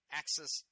access